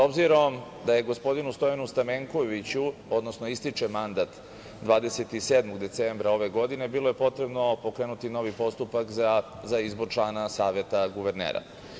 Obzirom da gospodinu Stojanu Stamenkoviću ističe mandat 27. decembra ove godine bilo je potrebno pokrenuti novi postupak za izbor člana Saveta guvernera.